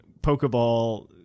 pokeball